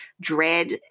Dread